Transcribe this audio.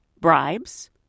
bribes